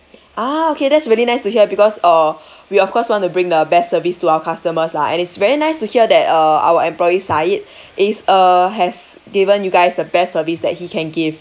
ah okay that's very nice to hear because uh we of course want to bring the best service to our customers lah and it's very nice to hear that uh our employee sayid uh has given you guys the best service that he can give